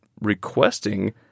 requesting